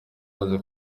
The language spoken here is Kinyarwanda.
maze